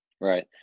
Right